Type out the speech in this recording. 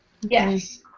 Yes